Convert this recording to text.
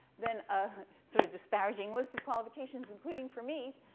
then, um, sort of despairaging list of qualifications, including for me,